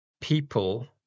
people